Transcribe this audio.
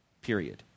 period